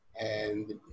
And-